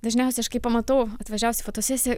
dažniausiai aš kai pamatau atvažiavus į fotosesiją